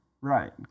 Right